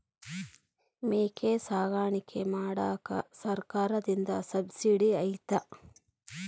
ಮೇಕೆ ಸಾಕಾಣಿಕೆ ಮಾಡಾಕ ಸರ್ಕಾರದಿಂದ ಸಬ್ಸಿಡಿ ಐತಾ?